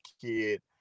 kid